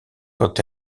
quand